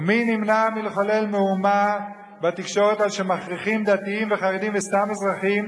ומי נמנע מלחולל מהומה בתקשורת על שמכריחים דתיים וחרדים וסתם אזרחים